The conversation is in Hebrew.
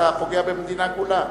אתה פוגע במדינה כולה.